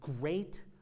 great